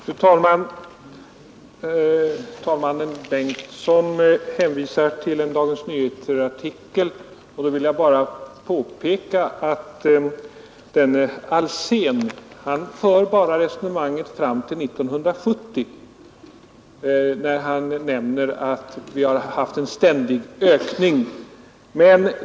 Fru talman! Herr förste vice talmannen Bengtson hänvisar till en artikel i Dagens Nyheter. Då vill jag bara påpeka att denne Alsén för resonemangen bara fram till 1970, när han nämner att vi har haft en ständig ökning av alkoholkonsumtionen.